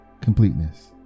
completeness